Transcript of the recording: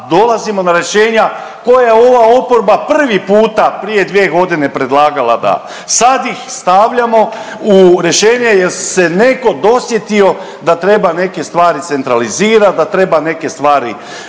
dolazimo na rješenja koja ova oporba prvi puta prije dvije godine predlagala. Sad ih stavljamo u rješenje, jer se netko dosjetio da treba neke stvari centralizirati, da treba neke stvari